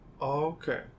Okay